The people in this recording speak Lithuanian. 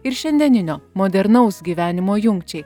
ir šiandieninio modernaus gyvenimo jungčiai